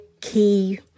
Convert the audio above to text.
key